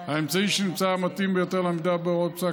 האמצעי שנמצא המתאים ביותר לעמידה בהוראת פסק